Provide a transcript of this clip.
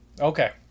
Okay